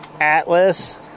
Atlas